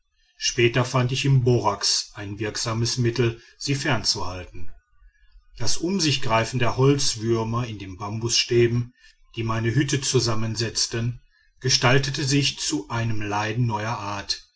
später fand ich im borax ein wirksames mittel sie fernzuhalten das umsichgreifen der holzwürmer in den bambusstäben die meine hütte zusammensetzten gestaltete sich zu einem leiden neuer art